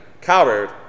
coward